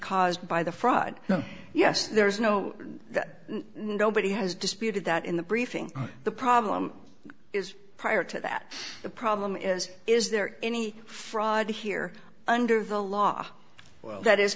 caused by the fraud yes there's no nobody has disputed that in the briefing the problem is prior to that the problem is is there any fraud here under the law well that is